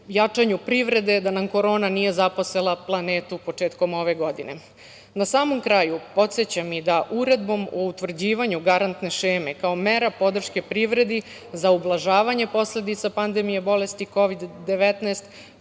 jačanju privrede da nam korona nije zaposela planetu početkom ove godine. Na samom kraju podsećam da uredbom o utvrđivanju garantne šeme kao mera podrške privredi za ublažavanje posledica pandemije bolesti Kovid-19,